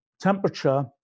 temperature